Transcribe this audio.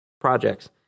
projects